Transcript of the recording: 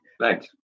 Thanks